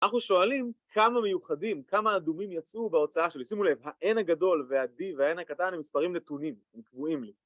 ‫אנחנו שואלים כמה מיוחדים, ‫כמה אדומים יצאו בהוצאה שלי. ‫שימו לב, ה-N הגדול וה-D וה-N הקטן ‫הם מספרים נתונים, הם קבועים לי.